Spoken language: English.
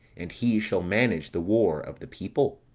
and he shall manage the war of the people.